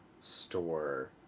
store